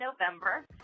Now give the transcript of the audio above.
November